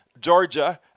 Georgia